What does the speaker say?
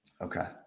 Okay